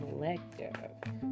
collective